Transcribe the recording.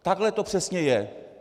Takhle to přesně je.